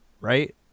right